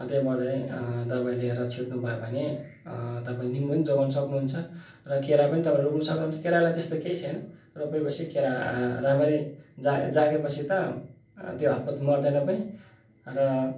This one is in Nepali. अन्त त्यहाँबाटै दबाई लिएर छिट्नुभयो भने तपाईँले निम्बू पनि जोगाउनु सक्नुहुन्छ र केरा पनि तपाईँले रोप्नु सक्नुहुन्छ केरालाई त्यस्तो केही छैन रोप्यो पछि केरा राम्ररी जाग जाग्यो पछि त त्यो हतपत मर्दैन पनि र